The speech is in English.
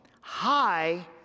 high